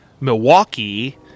Milwaukee